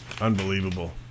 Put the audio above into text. unbelievable